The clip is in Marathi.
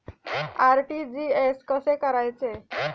आर.टी.जी.एस कसे करायचे?